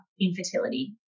infertility